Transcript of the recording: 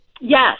Yes